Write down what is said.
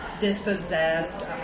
dispossessed